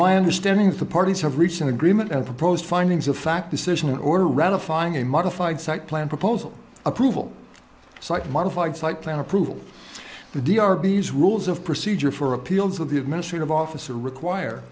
my understanding that the parties have reached an agreement on a proposed findings of fact decision in order ratifying a modified site plan proposal approval site modified site plan approval the d r b's rules of procedure for appeals of the administrative officer require